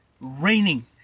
raining